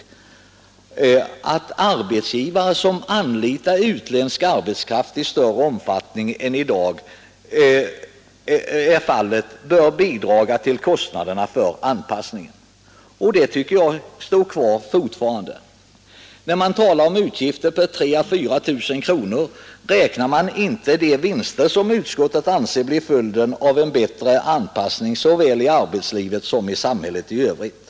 Utskottet skrev att arbetsgivare som anlitar utländsk arbetskraft i större omfattning än som i dag — det var allts rra året — är fallet bör bidraga till kostnaden för anpassningen. Det tycker jag fortfarande är giltigt. När man talar om utgifter på 3 000 å 4 000 kronor räknar man inte de vinster som utskottet anser bli följden av en bättre anpassning såväl i arbetslivet som i samhället rigt.